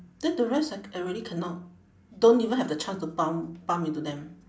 then the rest I already cannot don't even have the chance to bump bump into them